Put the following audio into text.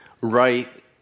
right